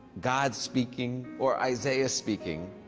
god speaking, or isaiah speaking,